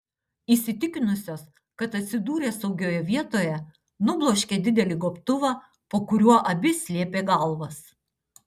įsitikinusios kad atsidūrė saugioje vietoje nubloškė didelį gobtuvą po kuriuo abi slėpė galvas